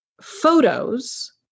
photos